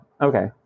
okay